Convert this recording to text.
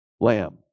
lamb